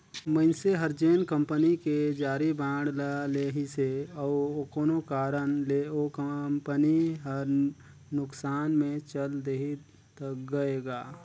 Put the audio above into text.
मइनसे हर जेन कंपनी के जारी बांड ल लेहिसे अउ कोनो कारन ले ओ कंपनी हर नुकसान मे चल देहि त गय गा